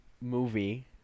movie